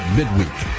midweek